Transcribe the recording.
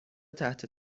تحت